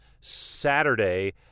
Saturday